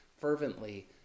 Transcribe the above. fervently